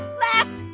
left.